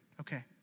Okay